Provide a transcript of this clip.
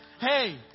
Hey